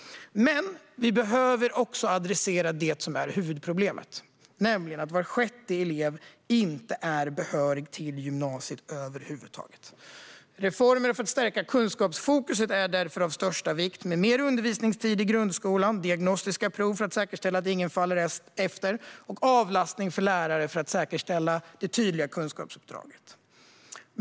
Men vi behöver också adressera det som är huvudproblemet, nämligen att var sjätte elev inte är behörig till gymnasiet över huvud taget. Reformer för att stärka kunskapsfokuset är därför av största vikt. Det handlar om mer undervisningstid i grundskolan, diagnostiska prov för att säkerställa att ingen halkar efter och avlastning för lärare för att säkerställa det tydliga kunskapsuppdraget.